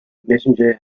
messenger